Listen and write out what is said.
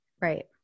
Right